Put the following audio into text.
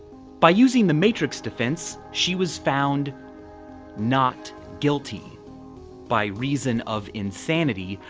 by using the matrix defense she was found not guilty by reason of insanity,